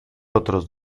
otros